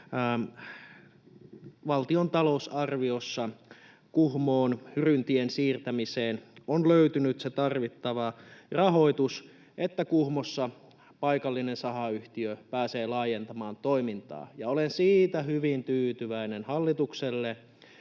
valtion talousarviossa Kuhmoon Hyryntien siirtämiseen on löytynyt se tarvittava rahoitus, niin että Kuhmossa paikallinen sahayhtiö pääsee laajentamaan toimintaa. Olen siitä hyvin tyytyväinen hallitukselle,